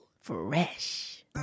Fresh